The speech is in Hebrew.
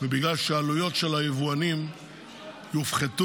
בגלל שהעלויות של היבואנים יופחתו,